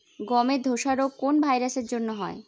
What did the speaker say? গমের ধসা রোগ কোন ভাইরাস এর জন্য হয়?